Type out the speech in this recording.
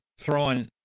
throwing